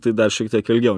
tai dar šiek tiek ilgiau